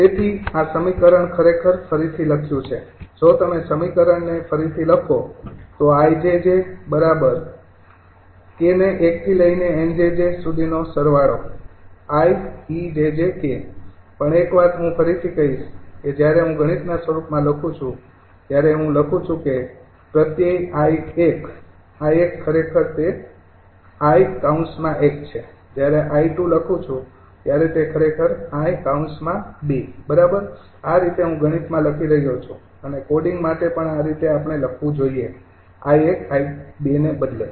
તેથી આ સમીકરણ ખરેખર ફરીથી લખ્યું છે જો તમે સમીકરણને ફરીથી લખો તો પણ એક વાત હું ફરીથી કહીશ કે જ્યારે હું ગણિતના સ્વરૂપમાં લખું છું ત્યારે હું લખું છું કે પ્રત્યય 𝐼૧ 𝐼૧ ખરેખર તે 𝐼૧ છે જ્યારે તમે I૨ લખો છો ત્યારે તે ખરેખર છે 𝐼૨ બરાબર આ રીતે હું ગણિતમાં લખી રહ્યો છું અને કોડિંગ માટે પણ આ રીતે આપણે લખવું જોઈએ 𝐼૧ 𝐼૨ ના બદલે